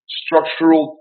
structural